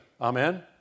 Amen